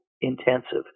intensive